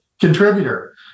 contributor